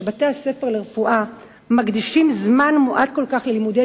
בכך שבתי-הספר לרפואה מקדישים זמן מועט כל כך ללימודי